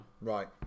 Right